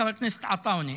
חבר הכנסת עטאונה,